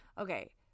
Okay